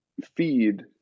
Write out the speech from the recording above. feed